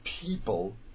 people